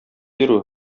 йөрү